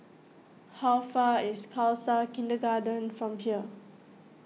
how far away is Khalsa Kindergarten from here